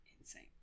insane